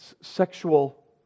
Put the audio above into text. sexual